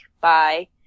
bye